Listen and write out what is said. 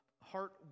heart